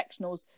sectionals